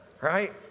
Right